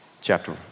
chapter